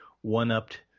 one-upped